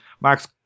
Marx